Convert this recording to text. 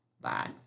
Bye